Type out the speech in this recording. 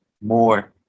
more